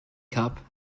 cup